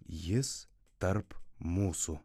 jis tarp mūsų